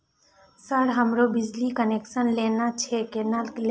Sir हमरो बिजली connection लेना छे केना लेबे?